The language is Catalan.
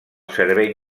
servei